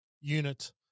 unit